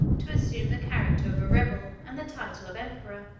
to assume the character of a rebel, and the title of emperor.